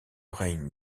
règne